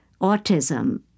autism